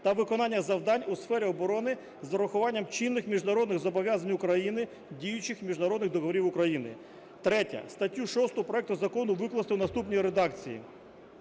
та виконання завдань у сфері оборони з урахуванням чинних міжнародних зобов'язань України, діючих міжнародних договорів України". Третє – статтю 6 проекту закону викласти у наступній редакції: